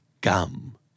Gum